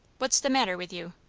what's the matter with you?